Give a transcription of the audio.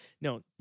no